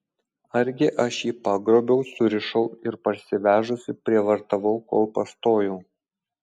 argi aš jį pagrobiau surišau ir parsivežusi prievartavau kol pastojau